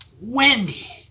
Wendy